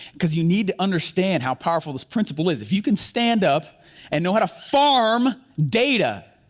cause you need to understand how powerful this principle is if you can stand up and know how to farm data,